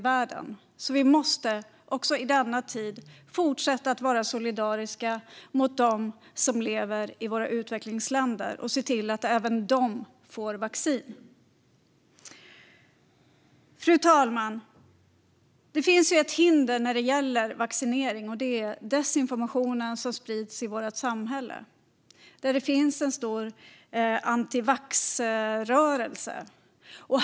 Därför måste vi i denna tid fortsätta att vara solidariska med dem som lever i utvecklingsländerna och se till att också de får vacciner. Fru talman! Det finns ett hinder när det gäller vaccinering, nämligen den desinformation som sprids i samhället. Det finns en stor antivaccinationsrörelse.